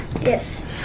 Yes